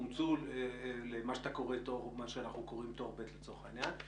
הם אומצו למה שאתה קורא ולמה שאנחנו קוראים "תור ב'" לצורך העניין,